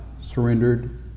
surrendered